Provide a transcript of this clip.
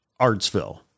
Artsville